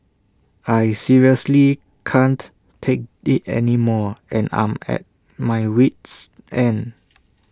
I seriously can't take IT anymore and I'm at my wit's end